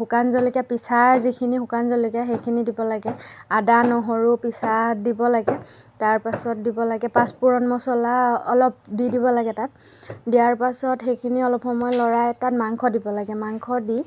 শুকান জলকীয়া পিচাৰ যিখিনি শুকান জলকীয়া সেইখিনি দিব লাগে আদা নহৰু পিচা দিব লাগে তাৰ পাছত দিব লাগে পাঁচফোৰণ মচলা অলপ দি দিব লাগে তাত দিয়াৰ পাছত সেইখিনি অলপ সময় লৰাই তাত মাংস দিব লাগে মাংস দি